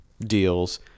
deals